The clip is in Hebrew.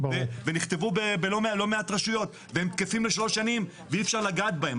ונכתבו בלא מעט רשויות והם תקפים לשלוש שנים ואי אפשר לגעת בהם.